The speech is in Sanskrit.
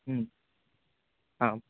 आम्